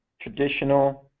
traditional